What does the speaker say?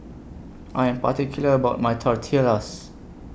I Am particular about My Tortillas